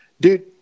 Dude